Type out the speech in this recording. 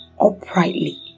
uprightly